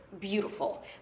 beautiful